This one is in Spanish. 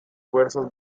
fuerzas